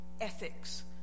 ethics